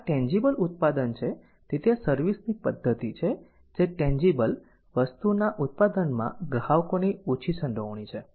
આ ઇન્તેન્જીબલ ઉત્પાદન છે તેથી આ સર્વિસ ની પદ્ધતિ છે ટેંજિબલ વસ્તુ ના ઉત્પાદન માં ગ્રાહકો ની ઓછી સંડોવણી છે